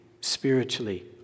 spiritually